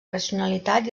racionalitat